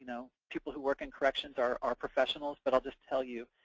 you know people who work in corrections are are professionals? but i'll just tell you,